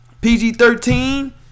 PG-13